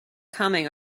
coming